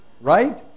right